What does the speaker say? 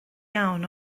iawn